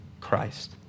Christ